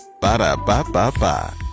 Ba-da-ba-ba-ba